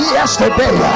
yesterday